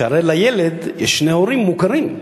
שהרי לילד יש שני הורים מוכרים,